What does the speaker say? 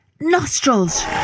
nostrils